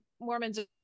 Mormons